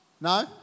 No